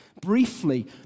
briefly